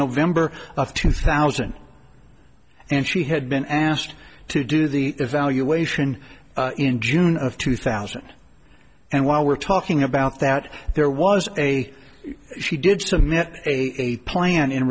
november of two thousand and she had been asked to do the evaluation in june of two thousand and while we're talking about that there was a she did submit a plan in